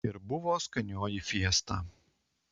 ir buvo skanioji fiesta